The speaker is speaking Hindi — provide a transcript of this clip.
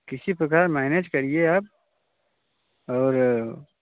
किसी प्रकार मैनेज करिए आप और